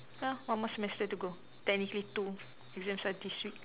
one more semester to go technically two exams start this week